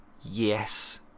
yes